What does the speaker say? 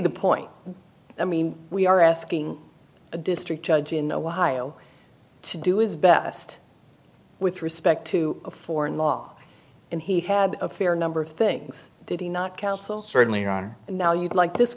the point i mean we are asking a district judge in ohio to do is best with respect to foreign law and he had a fair number of things did he not counsel certainly are and now you'd like this